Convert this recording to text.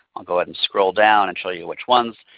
will go ahead and scroll down and show you which ones.